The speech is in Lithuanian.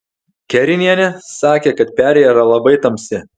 kerinienė sakė kad perėja yra labai tamsi